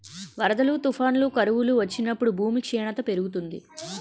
వరదలు, తుఫానులు, కరువులు వచ్చినప్పుడు భూమి క్షీణత పెరుగుతుంది